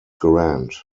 grant